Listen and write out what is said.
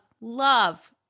love